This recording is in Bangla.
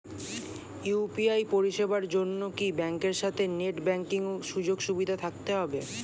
ইউ.পি.আই পরিষেবার জন্য কি ব্যাংকের সাথে নেট ব্যাঙ্কিং সুযোগ সুবিধা থাকতে হবে?